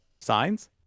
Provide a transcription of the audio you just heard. signs